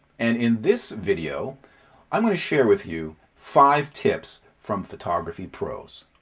and in this video i'm going to share with you five tips from photography pros.